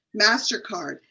mastercard